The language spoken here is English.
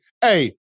hey